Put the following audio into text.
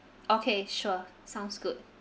okay sure sounds good